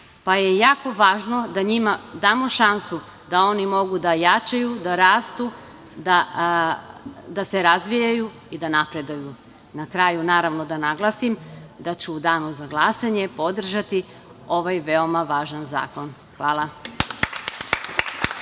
pa je jako važno da njima damo šansu da oni mogu da jačaju, da rastu, da se razvijaju i da napreduju. Na kraju, naravno da naglasim da ću u danu za glasanje podržati ovaj veoma važan zakon. Hvala.